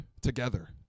together